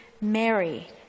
Mary